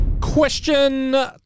Question